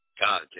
God